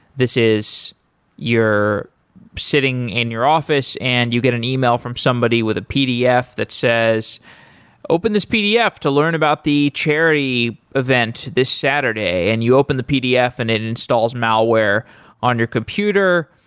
this is you're sitting in your office and you get an e-mail from somebody with a pdf that says open this pdf to learn about the charity event this saturday. and you open the pdf and it installs malware on your computer,